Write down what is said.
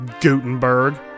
Gutenberg